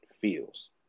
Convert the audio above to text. feels